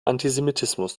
antisemitismus